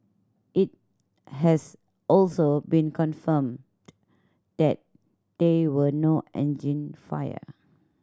it has also been confirmed that there were no engine fire